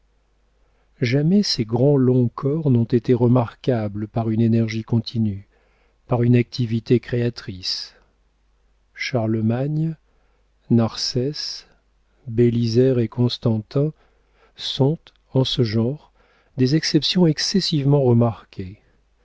jamais ces grands longs corps n'ont été remarquables par une énergie continue par une activité créatrice charlemagne narsès bélisaire et constantin sont en ce genre des exceptions excessivement remarquées